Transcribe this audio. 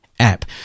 app